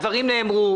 הדברים נאמרו.